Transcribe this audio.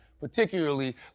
particularly